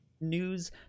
news